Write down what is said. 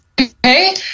okay